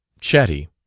chatty